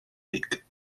week